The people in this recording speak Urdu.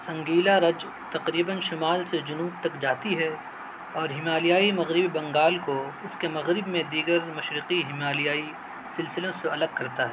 سنگلیلا رچ تقریباً شمال سے جنوب تک جاتی ہے اور ہمالیائی مغربی بنگال کو اس کے مغرب میں دیگر مشرقی ہمالیائی سلسلوں سے الگ کرتا ہے